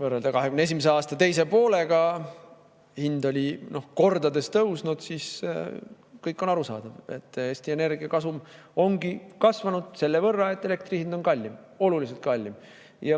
eurot, 2021. aasta teise poolega, kui hind oli kordades tõusnud, siis on kõik arusaadav. Eesti Energia kasum on kasvanud selle võrra, et elektri hind on kallim, oluliselt kallim.